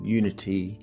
unity